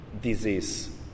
disease